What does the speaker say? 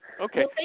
Okay